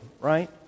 right